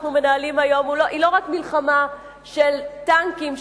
שאנחנו מנהלים היום היא לא רק מלחמה של טנקים,